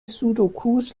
sudokus